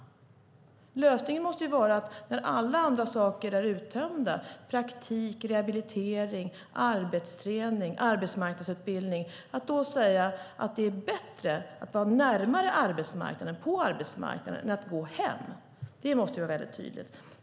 Lösningen måste vara att när alla andra saker är uttömda - praktik, rehabilitering, arbetsträning, arbetsmarknadsutbildning - säga att det är bättre att vara på arbetsmarknaden än att gå hem. Det måste vara väldigt tydligt.